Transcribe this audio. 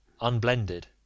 unblended